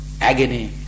agony